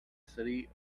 city